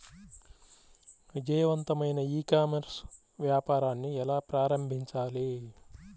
విజయవంతమైన e commerce వ్యాపారాన్ని ఎలా ప్రారంభించాలి?